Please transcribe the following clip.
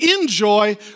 enjoy